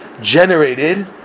generated